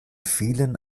vielen